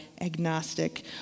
agnostic